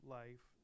life